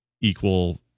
equal